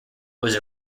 was